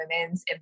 women's